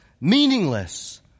meaningless